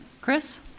Chris